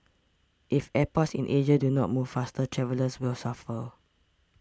if airports in Asia do not move faster travellers will suffer